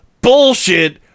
bullshit